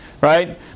Right